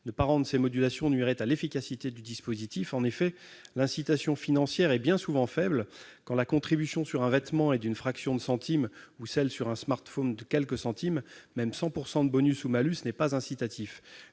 Ne pas rendre visibles ces modulations nuirait à l'efficacité du dispositif. L'incitation financière est bien souvent faible : quand la contribution sur un vêtement est d'une fraction de centime, ou celle sur un smartphone de quelques centimes, même 100 % de bonus ou de malus n'est pas incitatif.